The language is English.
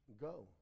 go